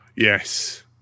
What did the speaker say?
Yes